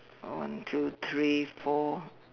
one two three four